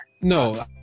No